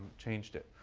changed it.